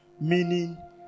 Meaning